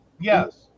Yes